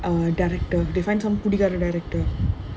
uh director they find some குடிகார:kudikaara director